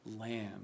lamb